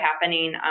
happening